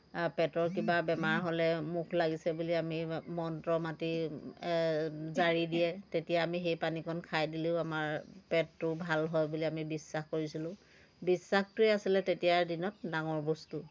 পেটৰ কিবা বেমাৰ হ'লে মুখ লাগিছে বুলি আমি মন্ত্ৰ মাতি জাৰি দিয়ে তেতিয়া আমি সেই পানীকণ খাই দিলেও আমাৰ পেটটো ভাল হয় বুলি আমি বিশ্বাস কৰিছিলোঁ বিশ্বাসটোৱে আছিলে তেতিয়াৰ দিনত ডাঙৰ বস্তু